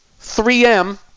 3M